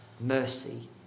mercy